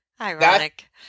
ironic